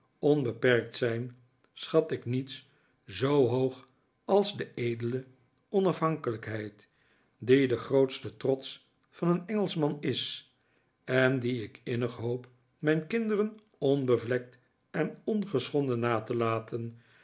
onbeperkt zijn schat ik niets zoo hoog als de edele onafhankelijkheid die de grootste trots van een engelschman is en die ik innig hoop mijn kinderen onbevlekt en ongeschonden na te laten